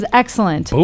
excellent